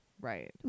Right